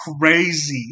crazy